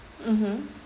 mmhmm